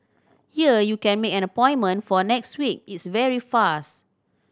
here you can make an appointment for next week it's very fast